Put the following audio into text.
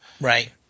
Right